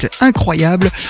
incroyable